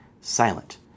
silent